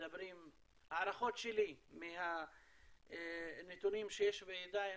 הערכות שלי מהנתונים שיש בידיי,